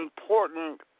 important